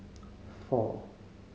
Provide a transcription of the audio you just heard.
four